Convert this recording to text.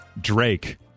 Drake